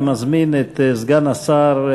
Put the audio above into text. אני מזמין את סגן השר,